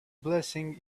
blessing